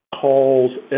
calls